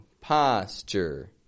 Posture